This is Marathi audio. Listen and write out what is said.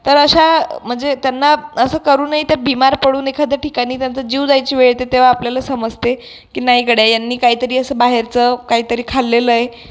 तर अशा म्हणजे त्यांना असं करूनही त्या बीमार पडून एखाद्या ठिकाणी त्यांचा जीव जायची वेळ येते तेव्हा आपल्याला समजते की नाही गड्या यांनी काहीतरी असं बाहेरचं काहीतरी खाल्लेलं आहे